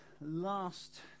last